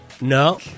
No